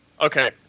Okay